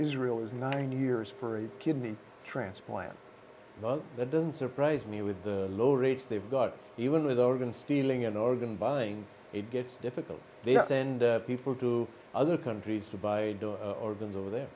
israel is nine years for a kidney transplant but that doesn't surprise me with the low rates they've got even with organ stealing and organ buying it gets difficult they send people to other countries to buy organs over there